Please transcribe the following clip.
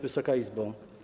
Wysoka Izbo!